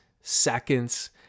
seconds